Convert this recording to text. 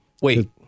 Wait